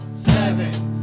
seven